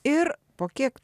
ir po kiek